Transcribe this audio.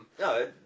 No